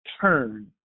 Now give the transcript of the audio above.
turn